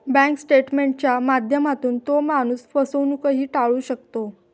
bank स्टेटमेंटच्या माध्यमातून तो माणूस फसवणूकही टाळू शकतो